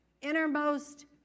innermost